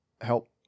help